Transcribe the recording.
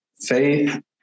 faith